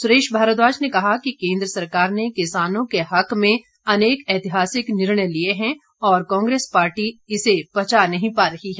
सुरेश भारद्वाज ने कहा कि केन्द्र सरकार ने किसानों के हक में अनेक ऐतिहासिक निर्णय लिए हैं और कांग्रेस पार्टी इस पचा नहीं पा रही है